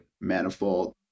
manifold